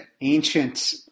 ancient